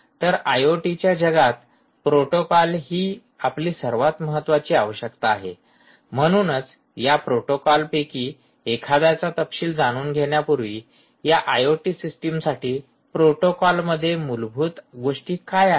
तर आयओटीच्या जगात प्रोटोकॉल ही आपली सर्वात महत्त्वाची आवश्यकता आहे म्हणूनच या प्रोटोकॉल पैकी एखाद्याचा तपशील जाणून घेण्यापूर्वी या आयओटी सिस्टमसाठी प्रोटोकॉलमध्ये मूलभूत आवश्यक गोष्टी काय आहेत